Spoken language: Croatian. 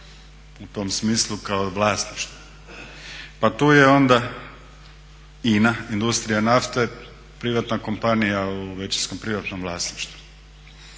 u tom smislu kao vlasništvo. Pa tu je onda INA industrija nafte, privatna kompanija u većinskom privatnom vlasništvu.